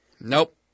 Nope